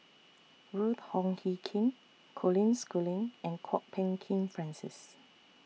Ruth Wong Hie King Colin Schooling and Kwok Peng Kin Francis